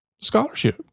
scholarship